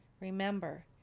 remember